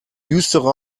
düstere